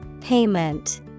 Payment